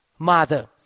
Mother